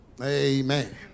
Amen